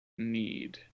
need